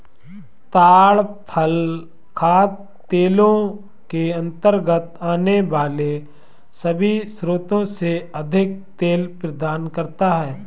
ताड़ फल खाद्य तेलों के अंतर्गत आने वाले सभी स्रोतों से अधिक तेल प्रदान करता है